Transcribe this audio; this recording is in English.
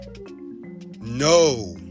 No